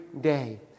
day